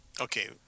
Okay